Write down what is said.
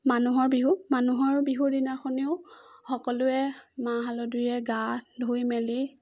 মানুহৰ বিহু মানুহৰ বিহুৰ দিনাখনিও সকলোৱে মাহ হালধিৰে গা ধুই মেলি